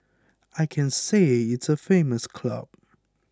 I can say it's a famous club